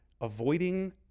avoiding